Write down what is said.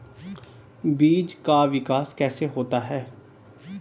बीज का विकास कैसे होता है?